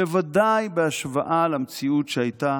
בוודאי בהשוואה למציאות שהייתה